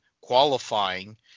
qualifying